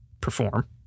perform